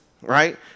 right